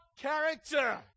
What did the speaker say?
character